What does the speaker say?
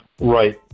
Right